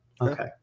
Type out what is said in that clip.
Okay